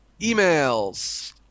Emails